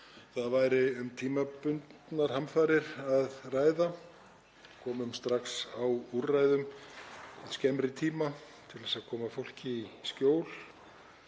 þar væri um tímabundnar hamfarir að ræða. Við komum strax á úrræðum til skemmri tíma til þess að koma fólki í skjól,